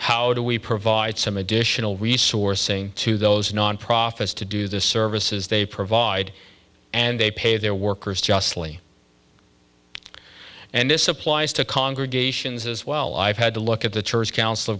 how do we provide some additional resourcing to those non profits to do the services they provide and they pay their workers justly and this applies to congregations as well i've had to look at the church coun